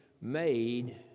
made